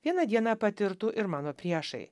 vieną dieną patirtų ir mano priešai